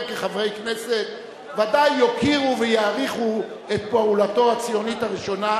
כחברי הכנסת ודאי יוקירו ויעריכו את פעולתו הציונית הראשונה,